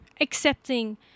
accepting